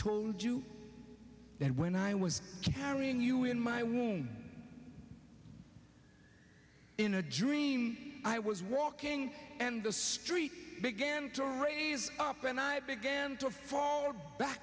told you that when i was carrying you in my womb in a dream i was walking and the street began to raise up and i began to form back